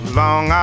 long